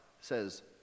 says